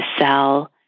sell